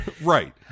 Right